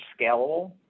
scalable